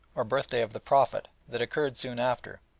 or birthday of the prophet, that occurred soon after.